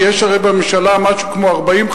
יש הרי בממשלה משהו כמו 40,